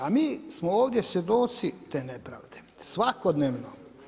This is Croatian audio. A mi smo ovdje svjedoci te nepravde, svakodnevno.